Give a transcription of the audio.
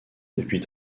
depuis